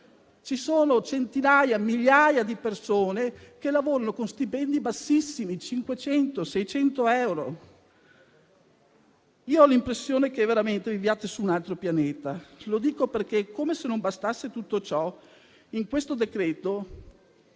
Ci sono migliaia di persone che lavorano con stipendi bassissimi, di 500 o 600 euro. Ho l'impressione che veramente viviate su un altro pianeta. Lo dico perché, come se non bastasse tutto ciò, in questo decreto,